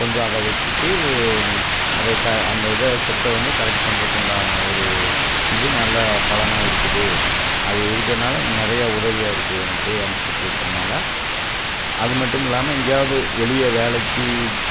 கொஞ்சம் அதை வச்சிட்டு அதை க அந்த இதை செட்டை வந்து கரெக்ட் பண்ணுறக்குண்டான ஒரு இதனால பலனாக இருக்குது அது இருக்கறனால் நிறையா உதவியாக இருக்குது எனக்கு அந்த செட்டு இருக்கறனால் அது மட்டுமில்லாமல் எங்கேயாவுது வெளியே வேலைக்கு